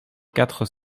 quatre